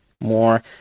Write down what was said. more